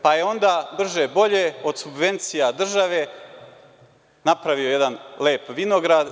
Pa, je onda brže bolje od subvencija države napravio jedan lep vinograd.